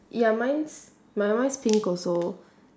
ya mine's my one is pink also